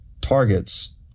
targets